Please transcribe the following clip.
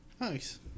Nice